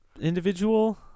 individual